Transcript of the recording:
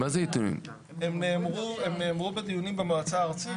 הם נאמרו בדיונים במועצה הארצית.